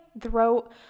throat